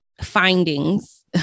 findings